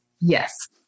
Yes